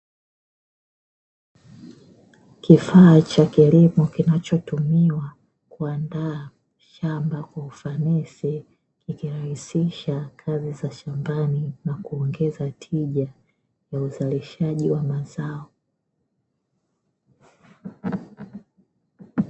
Kifaa cha kilimo kinachotumiwa kuandaa shamba kwa ufanisi, ikirahisisha kazi za shambani na kuongeza tija ya uzalishaji wa mazao.